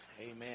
Amen